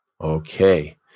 Okay